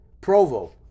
Provo